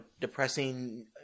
depressing